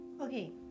okay